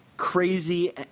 crazy